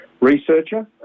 researcher